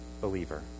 believer